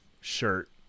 shirt